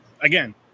again